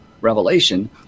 revelation